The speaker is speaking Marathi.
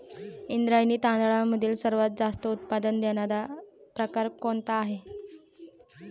इंद्रायणी तांदळामधील सर्वात जास्त उत्पादन देणारा प्रकार कोणता आहे?